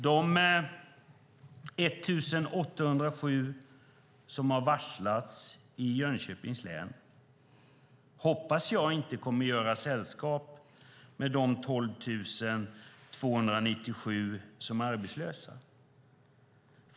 De 1 807 som har varslats i Jönköpings län hoppas jag inte kommer att göra sällskap med de 12 297 som är arbetslösa.